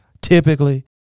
Typically